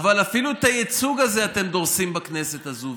אבל אפילו את הייצוג הזה אתם דורסים בכנסת הזו.